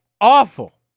awful